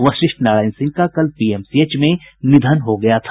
वशिष्ठ नारायण सिंह का कल पीएमसीएच में निधन हो गया था